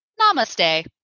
Namaste